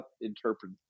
interpret